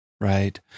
Right